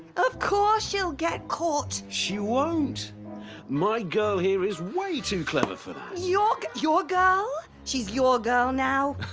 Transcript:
of course, she'll get caught. she won't my girl here is way too clever for that your. your girl? she's your girl now?